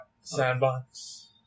Sandbox